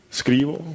scrivo